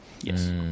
Yes